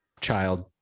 child